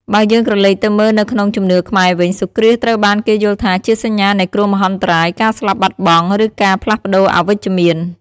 បើយើងក្រឡេកទៅមើលនៅក្នុងជំនឿខ្មែរវិញ សូរ្យគ្រាសត្រូវបានគេយល់ថាជាសញ្ញានៃគ្រោះមហន្តរាយ ការស្លាប់បាត់បង់ ឬការផ្លាស់ប្តូរអវិជ្ជមាន ។